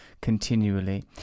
continually